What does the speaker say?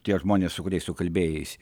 tie žmonės su kuriais tu kalbėjaisi